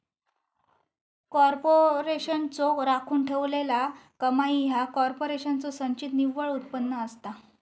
कॉर्पोरेशनचो राखून ठेवलेला कमाई ह्या कॉर्पोरेशनचो संचित निव्वळ उत्पन्न असता